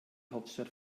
hauptstadt